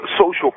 social